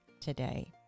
today